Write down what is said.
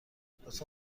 لطفا